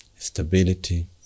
Stability